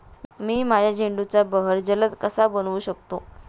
मी माझ्या झेंडूचा बहर जलद कसा बनवू शकतो?